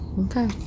Okay